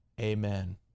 amen